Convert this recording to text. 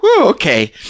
okay